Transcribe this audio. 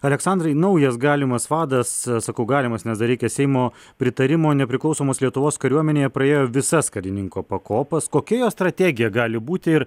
aleksandrai naujas galimas vadas sakau galimas nes dar reikia seimo pritarimo nepriklausomos lietuvos kariuomenėje praėjo visas karininko pakopas kokia jo strategija gali būti ir